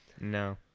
No